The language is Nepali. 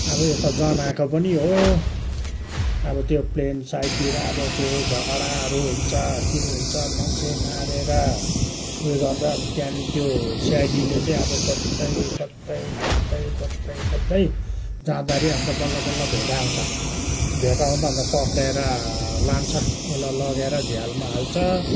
अब यता जनाएको पनि हो अब त्यो प्लेन साइडतिर अब त्यो झगडाहरू हुन्छ के हुन्छ मान्छे मारेर उ यो गर्दा अन्त त्यहाँदेखि त्यो सिआइडीले चाहिँ अब खोज्दै खोज्दै खोज्दै खोज्दै खोज्दै जाँदाखेरि अन्त बल्ल बल्ल भेटाउँछ भेटाउँदा अन्त पक्रिएर लान्छ उसलाई लगेर झ्यालमा हाल्छ